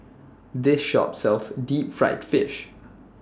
This Shop sells Deep Fried Fish